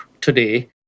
today